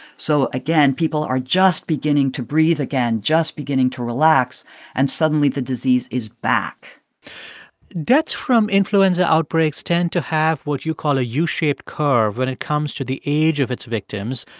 so, again, people are just beginning to breathe again, just beginning to relax and, suddenly, the disease is back deaths from influenza outbreaks tend to have what you call a u-shaped curve when it comes to the age of its victims.